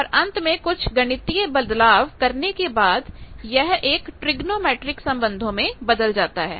और अंत में कुछ गणितीय बदलाव करने के बाद यह एक ट्रिगोनोमेट्रिक संबंधों में बदल जाता है